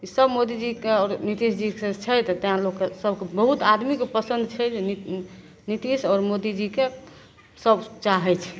ईसब मोदीजीके आओर नितीशजी छै तऽ तेँ लोककेँ बहुत आदमीकेँ पसन्द छै जे नितीश आओर मोदीजीकेँ सभ चाहै छै